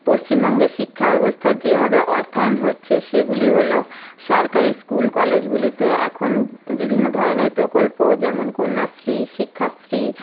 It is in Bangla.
পশ্চিমবঙ্গের শিক্ষা ব্যবস্থায় যেভাবে অর্থায়ন হচ্ছে সেগুলি হল সরকারি স্কুল কলেজগুলিতে এখন বিভিন্ন ধরনের প্রকল্প যেমন কন্যাশ্রী শিক্ষাশ্রী